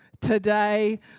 Today